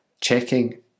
checking